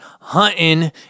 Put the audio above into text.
hunting